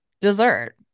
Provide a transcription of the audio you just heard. dessert